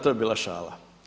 To je bila šala.